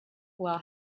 while